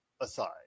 aside